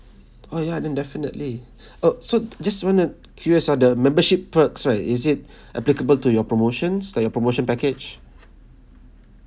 oh ya then definitely oh so just want to curious ah the membership perks right is it applicable to your promotions like your promotion package